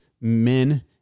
men